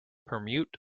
permute